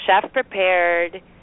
chef-prepared